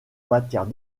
matière